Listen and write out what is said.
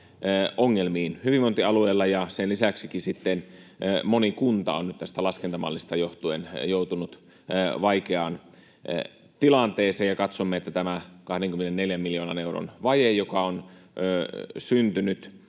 ongelmiin hyvinvointialueilla. Ja sen lisäksikin sitten moni kunta on nyt tästä laskentamallista johtuen joutunut vaikeaan tilanteeseen, ja katsomme, että tämä 24 miljoonan euron vaje, joka on syntynyt,